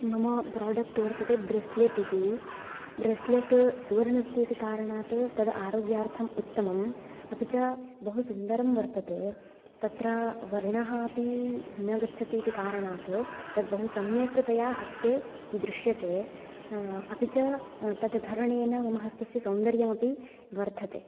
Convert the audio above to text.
मम प्रोडेक्ट् वर्तते ब्रेस्लेट् इति ब्रेस्लेट् सुवर्णस्य इति कारणात् तत् आरोग्यार्थं उत्तमम् अपि च बहु सुन्दरम् वर्तते तत्र वर्णः अपि न गच्छति इति कारणात् तत् बहुसम्यक्तया हस्ते दृश्यते अपि च तत् धारणेन मम हस्तस्य सौन्दर्यमपि वर्धते